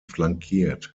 flankiert